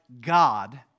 God